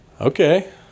okay